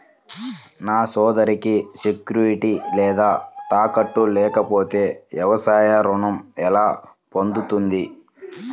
నా సోదరికి సెక్యూరిటీ లేదా తాకట్టు లేకపోతే వ్యవసాయ రుణం ఎలా పొందుతుంది?